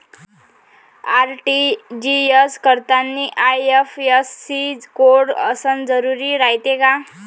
RTGS करतांनी IFSC code असन जरुरी रायते का?